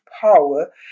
power